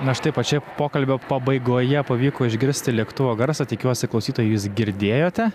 na štai pačioje pokalbio pabaigoje pavyko išgirsti lėktuvo garsą tikiuosi klausytojai jūs girdėjote